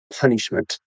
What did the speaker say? punishment